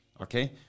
Okay